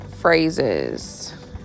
phrases